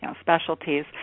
specialties